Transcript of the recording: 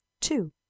two